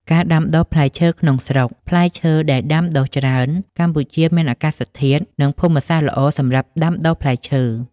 ការដាំដុះផ្លែឈើក្នុងស្រុកផ្លែឈើដែលដាំដុះច្រើន កម្ពុជាមានអាកាសធាតុ និងភូមិសាស្ត្រល្អសម្រាប់ដាំដុះផ្លែឈើ។